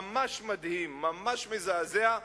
ממש מדהים, ממש מזעזע.